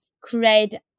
create